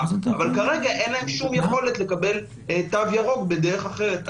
אבל כרגע אין להם שום יכולת לקבל תו ירוק בדרך אחרת.